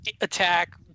attack